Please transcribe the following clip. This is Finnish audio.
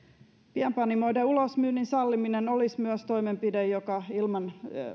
pienpanimoiden ulosmyynnin salliminen olisi myös toimenpide joka ilman